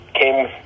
came